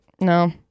No